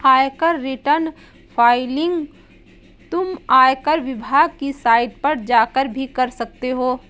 आयकर return filing तुम आयकर विभाग की साइट पर जाकर भी कर सकते हो